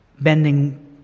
bending